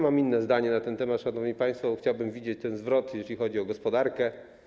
Mam inne zdanie na ten temat, szanowni państwo, bo chciałbym widzieć ten zwrot, jeżeli chodzi o gospodarkę.